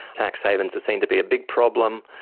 tax havens are seen to be a big problem.